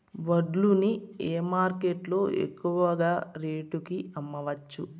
వడ్లు ని ఏ మార్కెట్ లో ఎక్కువగా రేటు కి అమ్మవచ్చు?